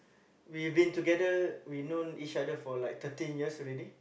we've been together we've known each other for like thirteen years already